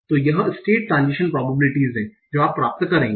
तो यह state transition probabilities हैं जो आप प्राप्त करेंगे